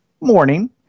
morning